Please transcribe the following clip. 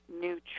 new